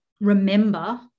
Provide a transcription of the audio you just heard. remember